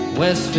West